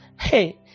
Hey